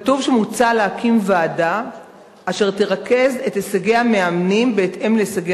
כתוב שמוצע להקים ועדה אשר תרכז את הישגי המאמנים בהתאם להישגי